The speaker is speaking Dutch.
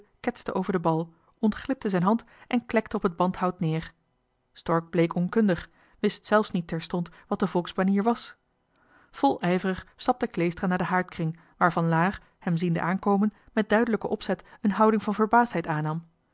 ketste over den bal ontglipte zijn hand en klekte neer op het bandhout stork bleek onkundig wist zelfs niet terstond wat dat was de volksbanier volijverig stapte kleestra naar den haardkring waar van laer hem ziende aankomen met duidelijken opzet een houding van verbaasdheid aannam